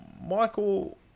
Michael